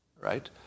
right